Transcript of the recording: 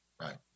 Right